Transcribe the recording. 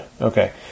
Okay